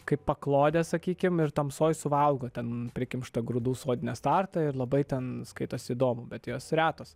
kaip paklodė sakykim ir tamsoj suvalgo ten prikimštą grūdų sodinę startą ir labai ten skaitosi įdomu bet jos retos